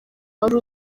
wari